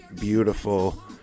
beautiful